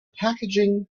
packaging